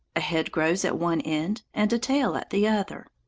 a head grows at one end, and a tail at the other.